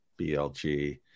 BLG